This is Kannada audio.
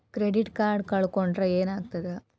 ಕ್ರೆಡಿಟ್ ಕಾರ್ಡ್ ಕಳ್ಕೊಂಡ್ರ್ ಏನಾಗ್ತದ?